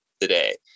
today